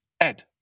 Ed